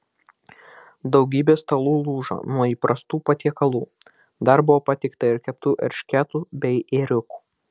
daugybė stalų lūžo nuo įprastų patiekalų dar buvo patiekta ir keptų eršketų bei ėriukų